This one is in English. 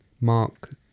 Mark